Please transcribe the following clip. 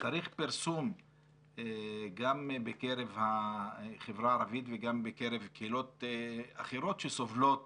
צריך פרסום גם בקרב החברה הערבית וגם בקרב קהילות אחרות שסובלות